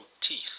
teeth